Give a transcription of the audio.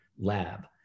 lab